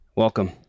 Welcome